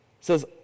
says